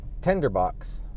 Tenderbox